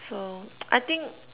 so I think